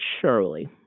surely